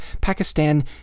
Pakistan